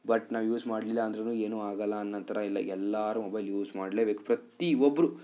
but ನಾವು use ಮಾಡಲಿಲ್ಲ ಅಂದ್ರೂ ಏನೂ ಆಗೋಲ್ಲ ಅನ್ನೋ ಥರ ಇಲ್ಲ ಎಲ್ಲರು ಮೊಬೈಲ್ ಯೂಸ್ ಮಾಡಲೇಬೇಕು ಪ್ರತಿ ಒಬ್ರು